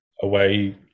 away